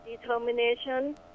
determination